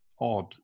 odd